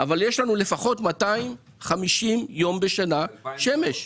אבל יש לנו לפחות 250 יום בשנה עם שמש.